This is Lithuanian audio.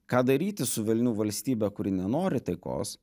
ką daryti su velnių valstybe kuri nenori taikos